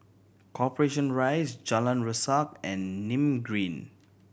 Corporation Rise Jalan Resak and Nim Green